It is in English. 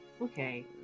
Okay